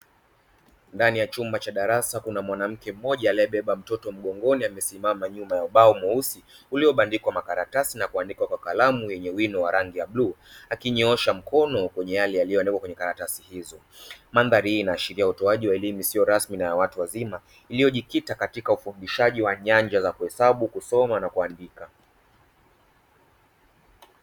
Ndani ya chumba cha darasa kuna mwanamke mmoja aliye beba mtoto mgongoni amesimama nyuma ya ubao mweusi, uliyo bandikwa makaratasi na kuandikwa kwa kalamu yenye wino wa rangi ya bluu, akinyoosha mkono kwenye yale yaliyo andikwa kwenye karatasi hizo. Mandhari hii inaashiria utolewaji wa elimu isiyo rasmi na ya watu wazima iliyo jikita katika ufundishaji wa nyanja za kuhesabu, kusoma na kuandika.